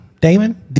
Damon